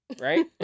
right